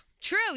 True